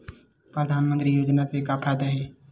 परधानमंतरी योजना से का फ़ायदा हे?